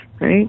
right